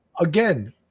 Again